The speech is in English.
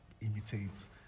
imitates